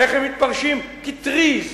איך הם מתפרשים כטריז